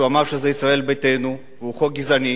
שהוא אמר שזה ישראל ביתנו והוא חוק גזעני,